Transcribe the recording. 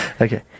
Okay